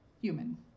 human